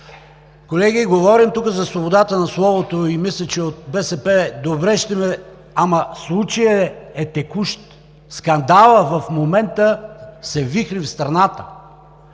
Колеги, говорим тук за свободата на словото и мисля, че от БСП добре ще ме… Случаят е текущ. Скандалът в момента се вихри в страната.